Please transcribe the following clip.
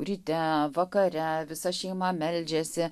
ryte vakare visa šeima meldžiasi